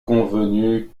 convenu